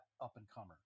up-and-comer